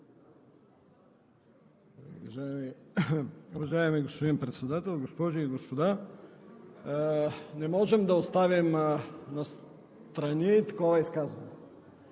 Уважаеми господин Председател, госпожи и господа! Не можем да оставим настрани такова изказване.